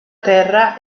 terra